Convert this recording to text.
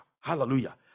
Hallelujah